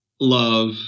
love